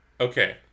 Okay